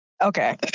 Okay